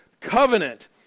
covenant